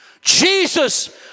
Jesus